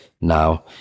now